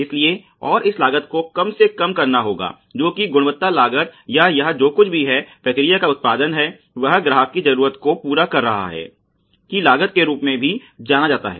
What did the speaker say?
इसलिए और इस लागत को कम से कम करना होगा जो कि गुणवत्ता लागत या यह जो कुछ भी प्रक्रिया का उत्पादन है वह ग्राहक की जरूरत को पूरा कर रहा है की लागत के रूप में भी जाना जाता है